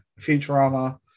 Futurama